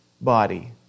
body